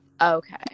Okay